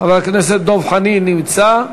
חבר הכנסת דב חנין נמצא?